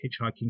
hitchhiking